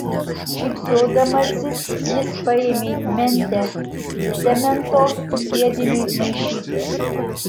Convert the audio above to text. šypsodamasis jis paėmė mentę cemento skiediniui maišyti